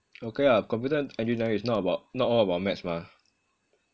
okay lah computer engineering is not about not all about maths mah